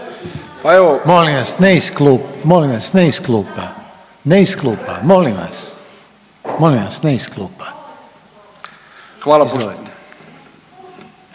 Molim vas ne iz klupa, ne iz klupa molim vas. Molim vas ne iz klupa. Izvolite.